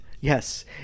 Yes